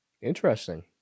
Interesting